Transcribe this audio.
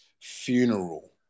funeral